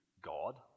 God